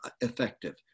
effective